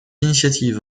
initiative